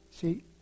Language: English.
See